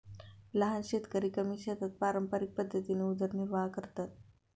लहान शेतकरी कमी शेतात पारंपरिक पद्धतीने उदरनिर्वाह करतात